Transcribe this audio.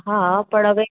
હા પણ હવે